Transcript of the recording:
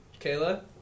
Kayla